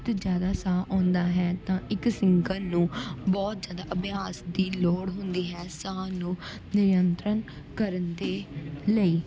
ਬਹੁਤ ਜ਼ਿਆਦਾ ਸਾਹ ਆਉਂਦਾ ਹੈ ਤਾਂ ਇੱਕ ਸਿੰਗਰ ਨੂੰ ਬਹੁਤ ਜ਼ਿਆਦਾ ਅਭਿਆਸ ਦੀ ਲੋੜ ਹੁੰਦੀ ਹੈ ਸਾਹ ਨੂੰ ਨਿਰੰਤਰਨ ਕਰਨ ਦੇ ਲਈ